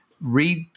read